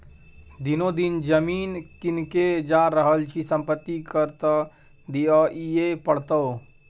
दिनो दिन जमीन किनने जा रहल छी संपत्ति कर त दिअइये पड़तौ